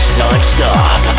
non-stop